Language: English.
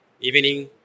evening